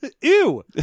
Ew